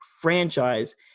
franchise